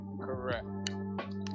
Correct